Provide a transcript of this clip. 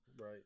Right